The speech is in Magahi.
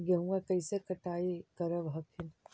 गेहुमा कैसे कटाई करब हखिन?